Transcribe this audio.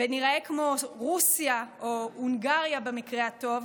וניראה כמו רוסיה או הונגריה במקרה הטוב